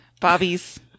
Bobby's